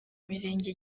mirenge